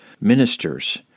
ministers